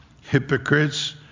hypocrites